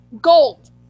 gold